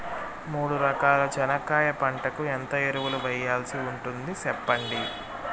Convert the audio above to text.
మూడు ఎకరాల చెనక్కాయ పంటకు ఎంత ఎరువులు వేయాల్సి ఉంటుంది సెప్పండి?